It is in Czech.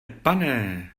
pane